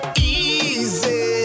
Easy